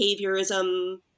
behaviorism